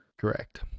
Correct